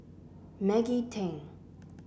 Maggie Teng